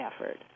effort